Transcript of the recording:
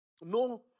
No